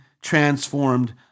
transformed